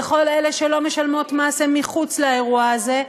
וכל אלה שלא משלמות מס הן מחוץ לאירוע הזה,